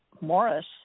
Morris